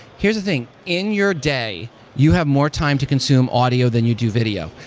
here's the thing, in your day you have more time to consume audio than you do video.